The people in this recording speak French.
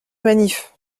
manif